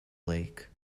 lake